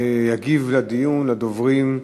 יגיב לדיון, לדוברים,